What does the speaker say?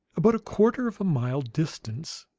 about a quarter of a mile distant,